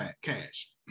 cash